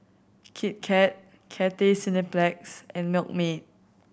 Kit Kat Cathay Cineplex and Milkmaid